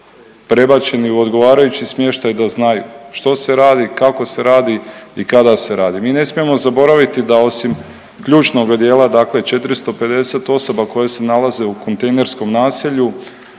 prebačeni u odgovarajući smještaj, da znaju, što se radi, kako se radi i kada se radi. Mi ne smijemo zaboraviti da osim ključnoga dijela, dakle 450 osoba koje se nalaze u kontejnerskom naselju